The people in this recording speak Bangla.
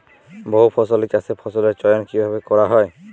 বহুফসলী চাষে ফসলের চয়ন কীভাবে করা হয়?